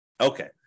Okay